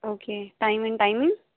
okay timing timing